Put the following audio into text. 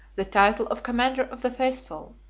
the title of commander of the faithful.